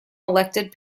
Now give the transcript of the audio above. elected